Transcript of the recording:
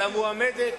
על המועמדת